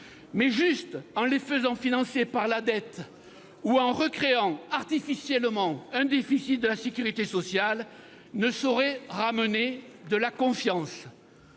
mais simplement en les faisant financer par la dette ou en recréant artificiellement un déficit de la sécurité sociale, ne saurait ramener la confiance.